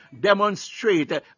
demonstrate